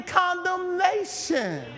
condemnation